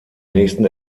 nächsten